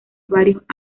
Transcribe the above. varios